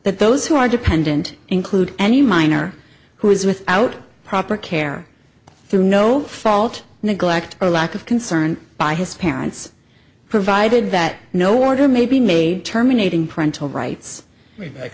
that those who are dependent include any minor who is without proper care through no fault neglect or lack of concern by his parents provided that no order may be made terminating parental